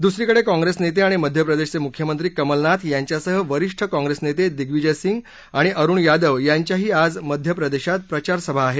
दुसरीकडे काँग्रेस नेते आणि मध्य प्रदेशचे मुख्यमंत्री कमलनाथ यांच्यासह वरिष्ठ काँग्रेस नेते दिग्विजय सिंह आणि अरुण यादव यांच्याही आज मध्य प्रदेशात प्रचारसभा आहेत